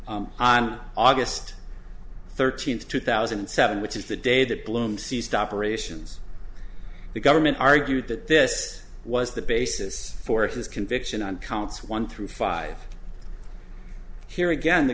loan on aug thirteenth two thousand and seven which is the day that bloom ceased operations the government argued that this was the basis for his conviction on counts one through five here again the